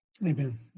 Amen